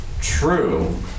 true